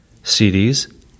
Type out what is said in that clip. CDs